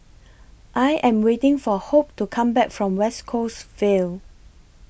I Am waiting For Hope to Come Back from West Coast Vale